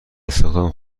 استخدام